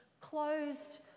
closed